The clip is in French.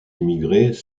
immigrés